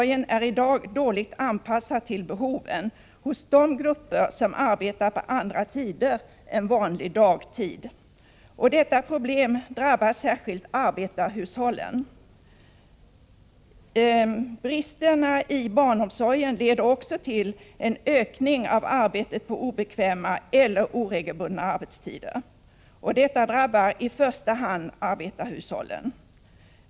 grupper som arbetar på andra tider än vanlig dagtid. Detta problem drabbar särskilt arbetarhushållen. Bristerna i barnomsorgen leder också till en ökning av arbetet på obekväma eller oregelbundna arbetstider. Detta drabbar i första hand arbetarhushållen.